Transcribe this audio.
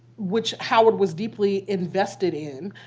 which howard was deeply invested in,